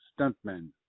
stuntmen